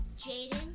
Jaden